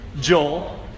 Joel